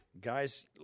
Guys